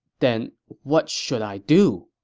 then, what should i do?